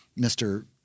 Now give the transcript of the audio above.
Mr